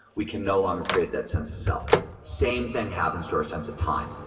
we can no longer create that sense of self same thing happens to our sense of time.